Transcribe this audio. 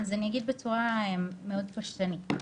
אז אני אגיד בצורה מאוד פשטנית.